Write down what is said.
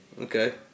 okay